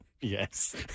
Yes